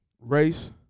race